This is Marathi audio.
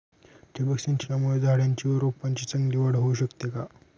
ठिबक सिंचनामुळे झाडाची व रोपांची चांगली वाढ होऊ शकते का?